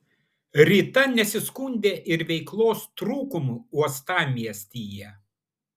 rita nesiskundė ir veiklos trūkumu uostamiestyje